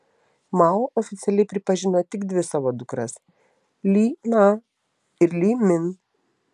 mao oficialiai pripažino tik dvi savo dukras li na ir li min